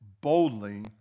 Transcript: boldly